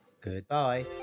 Goodbye